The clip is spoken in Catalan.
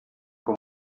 com